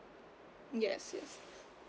yes yes